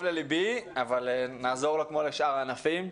לליבי אבל נעזור לו כמו לשאר הענפים.